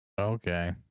okay